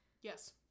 Yes